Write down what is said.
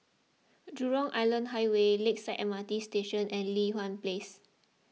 Jurong Island Highway Lakeside M R T Station and Li Hwan Place